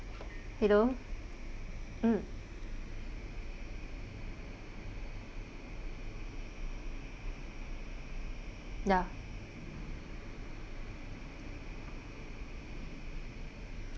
hello mm ya